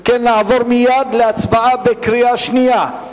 נעבור מייד להצבעה בקריאה שנייה.